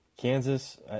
Kansas